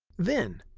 then,